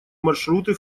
маршруты